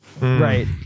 Right